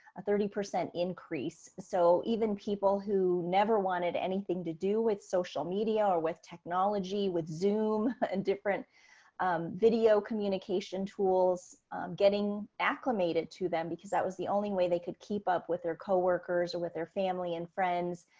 a thirty percent increase. so even people who never wanted anything to do with social media or with technology, with zoom and different video communication tools getting acclimated to them because that was the only way they could keep up with their coworkers or with their family and friends.